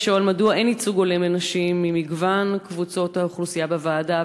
לשאול: מדוע אין ייצוג הולם לנשים ממגוון קבוצות האוכלוסייה בוועדה,